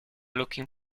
looking